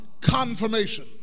confirmation